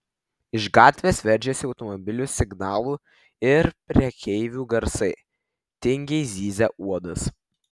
iš gatvės veržėsi automobilių signalų ir prekeivių garsai tingiai zyzė uodas